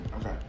Okay